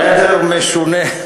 עדר משונה,